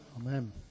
Amen